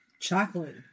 Chocolate